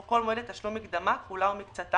או כל מועד לתשלום מקדמה, כולה או מקצתה,